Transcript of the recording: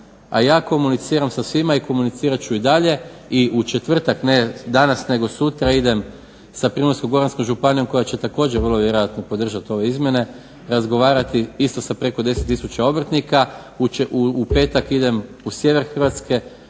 a ja komuniciram sa svima i komunicirati ću i dalje i u četvrtak, ne danas, nego sutra idem sa Primorsko-goranskom županijom koja će također vrlo vjerojatno podržati ove izmjene razgovarati isto sa preko 10 tisuća obrtnika. U petak idem u sjever Hrvatske,